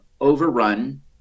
overrun